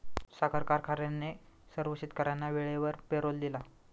साखर कारखान्याने सर्व शेतकर्यांना वेळेवर पेरोल दिला